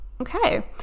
Okay